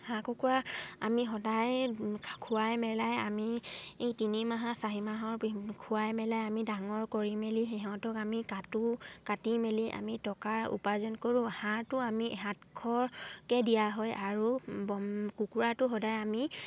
হাঁহ কুকুৰা আমি সদায় খোৱাই মেলাই আমি এই তিনিমাহৰ চাৰি মাহৰ খোৱাই মেলাই আমি ডাঙৰ কৰি মেলি সিহঁতক আমি কাটো কাটি মেলি আমি টকা উপাৰ্জন কৰোঁ হাঁহটো আমি সাতশকে দিয়া হয় আৰু কুকুৰাটো সদায় আমি